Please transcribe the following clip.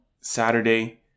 Saturday